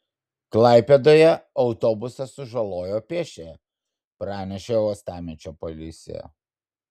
klaipėdoje autobusas sužalojo pėsčiąją pranešė uostamiesčio policija